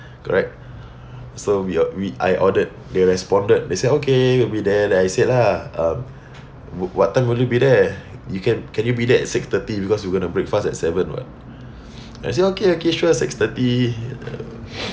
correct so we a we I ordered they responded they said okay we'll be there like I said lah um wh~ what time will you be there you can can you be there at six thirty because you gonna break fast at seven [what] I say okay okay sure six thirty err